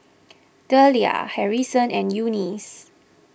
Dellia Harrison and Eunice